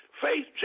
Faith